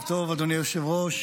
טוב, אדוני היושב-ראש,